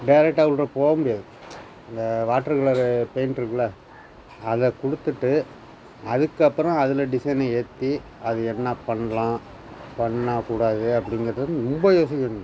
டேரெக்டாக உள்ளாற போக முடியாது இந்த வாட்டர் கலரு பெயிண்ட் இருக்குள்ள அதை கொடுத்துட்டு அதுக்கு அப்புறம் அதில் டிசைனை ஏற்றி அது என்ன பண்ணலாம் பண்ண கூடாது அப்படிங்கிறத வந்து ரொம்ப யோசிக்கணும்